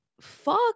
fuck